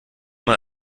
mal